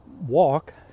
walk